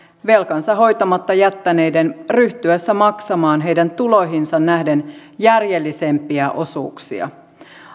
velkansa hoitamatta jättäneiden ryhtyessä maksamaan heidän tuloihinsa nähden järjellisempiä osuuksia